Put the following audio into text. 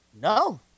No